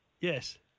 Yes